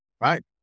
right